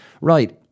right